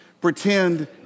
pretend